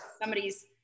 somebody's